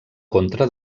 contra